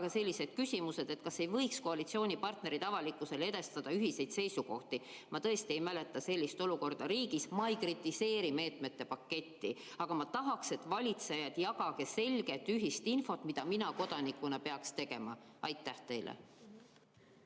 ka sellised küsimused. Kas ei võiks koalitsioonipartnerid avalikkusele edastada ühiseid seisukohti? Ma tõesti ei mäleta sellist olukorda riigis. Ma ei kritiseeri meetmete paketti, aga ma tahaksin, et valitsejad jagaksid selget ühist infot selle kohta, mida mina kodanikuna peaks tegema. Suur tänu,